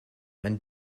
ein